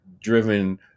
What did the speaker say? driven